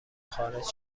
خارج